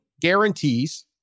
guarantees